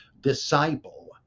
disciple